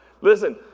Listen